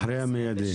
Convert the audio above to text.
אחרי המיידי?